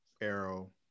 arrow